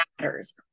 matters